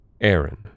Aaron